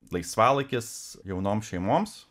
laisvalaikis jaunom šeimoms